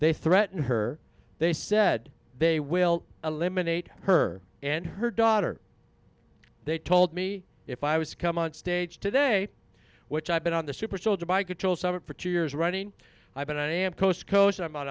they threaten her they said they will eliminate her and her daughter they told me if i was come onstage today which i've been on the super soldier by control summit for two years running i've been i am coast to coast